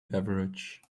beverage